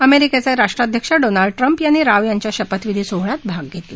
अमेरिकेचे राष्ट्राध्यक्ष Donald Trump यांनी राव यांच्या शपथविधी सोहळ्यात भाग घेतला